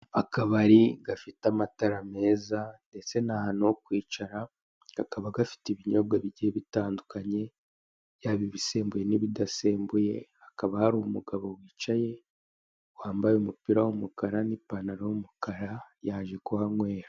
Akabari gafite amatara meza ndetse ni ahantu ho kwicara, kakaba gafite ibinyobwa bigiye bitandukanye, yaba ibisembuye n'ibidasembuye, hakaba hari umugabo wicaye wambaye umupira w'umukara n'ipantaro y'umukara yaje kuhanywera.